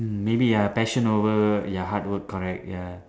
mm maybe ya passion over ya hard work correct ya